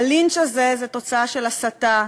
הלינץ' הזה הוא תוצאה של הסתה,